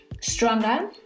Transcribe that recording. stronger